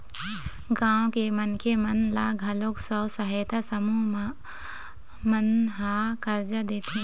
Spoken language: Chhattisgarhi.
गाँव के मनखे मन ल घलोक स्व सहायता समूह मन ह करजा देथे